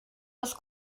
das